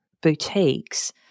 boutiques